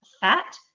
fat